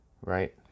right